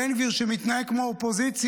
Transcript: בן גביר, שמתנהג כמו אופוזיציה,